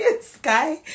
sky